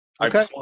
Okay